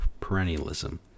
perennialism